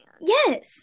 Yes